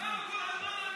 למה אתם, למה?